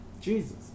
Jesus